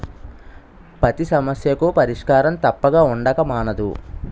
పతి సమస్యకు పరిష్కారం తప్పక ఉండక మానదు